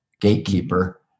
gatekeeper